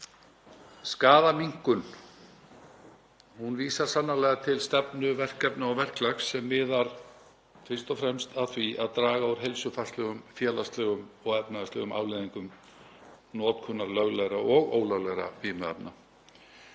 skaðaminnkun vísar sannarlega til stefnu, verkefna og verklags sem miðar fyrst og fremst að því að draga úr heilsufarslegum, félagslegum og efnahagslegum afleiðingum notkunar löglegra og ólöglegra vímuefna